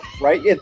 right